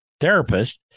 therapist